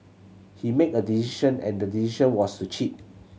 he made a decision and the decision was to cheat